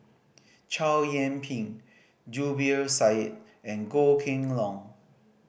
Chow Yian Ping Zubir Said and Goh Kheng Long